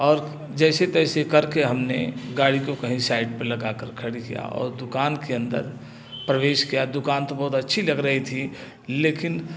और जैसे तैसे कर के हम ने गाड़ी को कहीं साइड पर लगा कर खड़ी किया और दुकान के अंदर प्रवेश किया दुकान तो बहुत अच्छी लग रही थी लेकिन